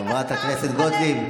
חברת הכנסת גוטליב.